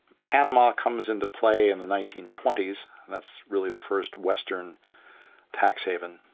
panama comes into play in the nineteen twenty s, and that's really the first western tax haven.